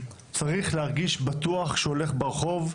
צריך להרגיש בטוח כשהוא הולך ברחוב,